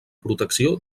protecció